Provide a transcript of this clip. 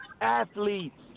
athletes